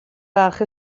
bach